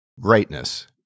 Greatness